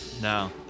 No